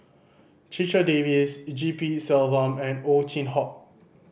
Checha Davies G P Selvam and Ow Chin Hock